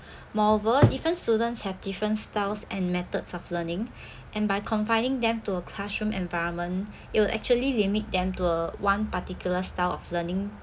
moreover different students have different styles and methods of learning and by confining them to a classroom environment it'll actually limit them to uh one particular style of learning